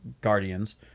Guardians